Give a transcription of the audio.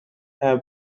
have